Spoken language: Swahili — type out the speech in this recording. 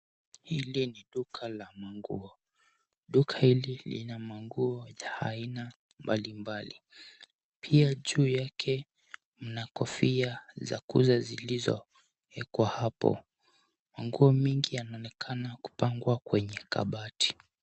Hili ni duka la manguo. Duka hili lina manguo ya aina mbalimbali. Pia, juu yake mna kofia za kuuza zilizowekwa hapo. Manguo mingi yanaonekana kupangwa kwenye kabati.